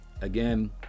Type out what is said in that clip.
Again